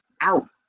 out